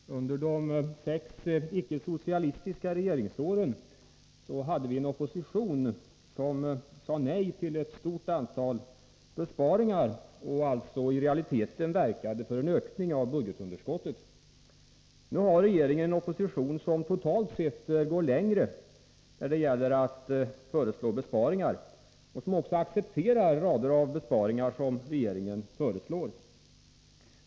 Herr talman! Under de sex icke-socialistiska regeringsåren hade vi en opposition som sade nej till ett stort antal besparingar och alltså i realiteten verkade för en ökning av budgetunderskottet. Nu har regeringen en opposition som totalt sett går längre när det gäller att föreslå besparingar och som också accepterar rader av besparingar som regeringen föreslår.